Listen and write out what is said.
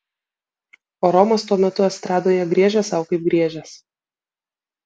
o romas tuo metu estradoje griežė sau kaip griežęs